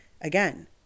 Again